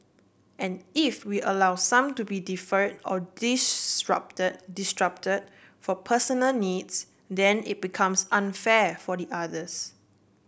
and if we allow some to be defer or disrupt disrupt for personal needs then it becomes unfair for the others